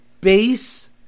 base